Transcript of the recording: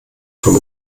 vom